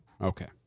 Okay